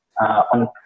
on